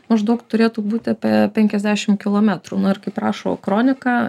maždaug turėtų būt apie penkiasdešim kilometrų na ir kaip rašo kronika